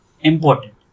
important